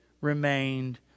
remained